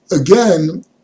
again